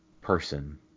person